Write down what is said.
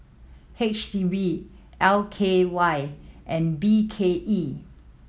H D B L K Y and B K E